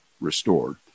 restored